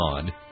God